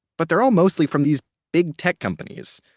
but they're all mostly from these big tech companies.